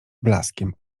blaskiem